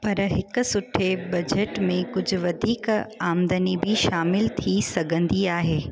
पर हिकु सुठे बजट में कुझु वधीक आमदनी बि शामिलु थी सघंदी आहे